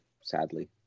sadly